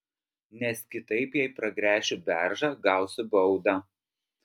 nes kitaip jei pragręšiu beržą gausiu baudą